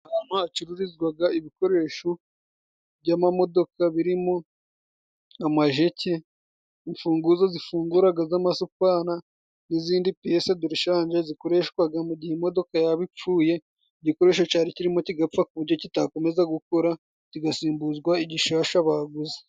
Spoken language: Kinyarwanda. Ahantu hacururizwaga ibikoresho by'amamodoka, birimo amajeke, imfunguzo zifunguraga, z'amasupana n'izindi piyese derishanje zikoreshwaga mu gihe imodoka yaba ipfuye, igikoresho cari kirimo kigapfa ku buryo kitakomeza gukora, kigasimbuzwa igishasha baguze.